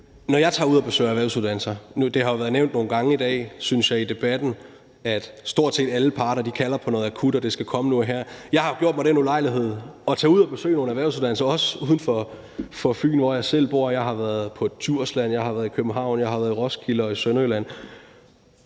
Skriver Jensen (S): Det er jo blevet nævnt nogle gange i debatten i dag, synes jeg, at stort set alle parter kalder på noget akut, og at det skal komme nu og her. Jeg har jo gjort mig den ulejlighed at tage ud og besøge nogle erhvervsuddannelser, også uden for Fyn, hvor jeg selv bor. Jeg har været på Djursland, jeg har været i København, jeg har været i Roskilde og i Sønderjylland.